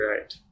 Right